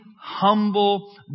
humble